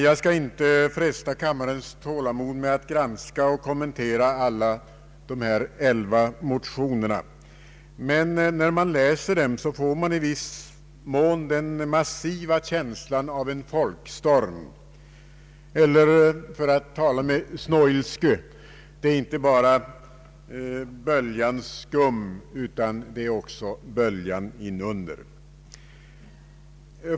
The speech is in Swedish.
Jag skall inte fresta kammarens tålamod med att granska och kommentera alla de här elva motionerna, men när man läser dem får man i viss mån känslan av en massiv folkstorm eller för att tala med Snoilsky: det är inte bara böljans skum utan också böljan inunder.